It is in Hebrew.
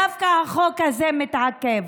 דווקא החוק הזה מתעכב.